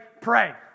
pray